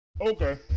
Okay